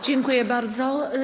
Dziękuję bardzo.